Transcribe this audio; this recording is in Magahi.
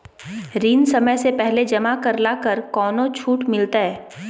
ऋण समय से पहले जमा करला पर कौनो छुट मिलतैय?